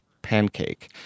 pancake